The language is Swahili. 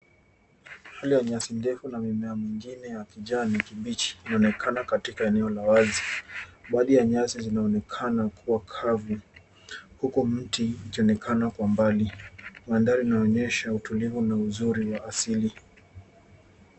Ile ni nyasi ndefu na mimea mwingine ya kijani kibichi, ionekana katika eneo la wazi. Baadhi ya nyasi zinaonekana kuwa kavu. Huku mti , ukionekana kwa mbali. Mandhari inaonyesha utulivu na uzuri wa asili.